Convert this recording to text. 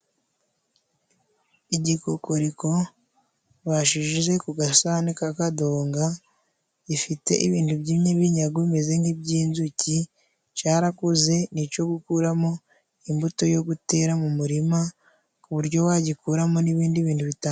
Igikokoriko bashize ku gasahani ka kadonga, gifite ibintu by'ibinyagu bimeze nk'iby'inzuki, carakuze ni ico gukuramo imbuto yo gutera mu murima ku buryo wagikuramo n'ibindi bintu bitandukanye.